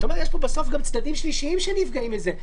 אתה אומר שיש פה בסוף גם צדדים שלישיים שנפגעים מזה,